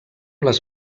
les